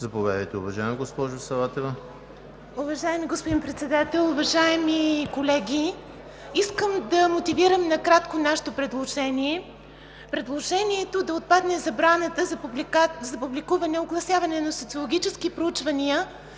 Заповядайте, уважаема госпожо Саватева. ДИАНА САВАТЕВА (ГЕРБ): Уважаеми господин Председател, уважаеми колеги! Искам да мотивирам накратко нашето предложение. Предложението да отпадне забраната за публикуване и огласяване на социологически проучвания